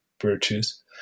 virtues